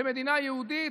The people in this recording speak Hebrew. במדינה יהודית,